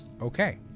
Okay